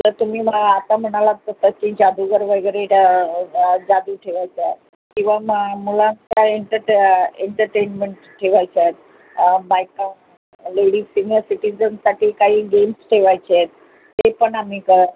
तर तुम्ही आता म्हणालात तसं की जादूगार वैगेरे जा जादू ठेवायचा किंवा मग मुलांचा एंटरटे एंटरटेनमेंट ठेवायचं आहे बायका लेडीज सिनियर सिटीजनसाठी काही गेम्स ठेवायचे आहेत ते पण आम्ही क